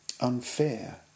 unfair